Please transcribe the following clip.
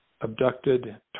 abducted